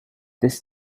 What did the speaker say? this